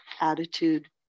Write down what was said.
attitude